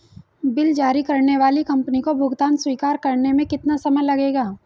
Bill जारी करने वाली कंपनी को भुगतान स्वीकार करने में कितना समय लगेगा?